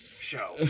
show